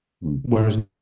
whereas